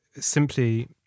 simply